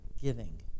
Giving